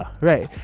right